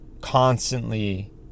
constantly